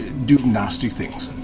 do nasty things.